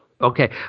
Okay